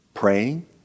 Praying